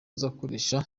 nzakoresha